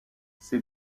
ces